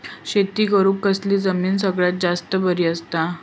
शेती करुक कसली जमीन सगळ्यात जास्त बरी असता?